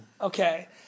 Okay